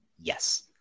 Yes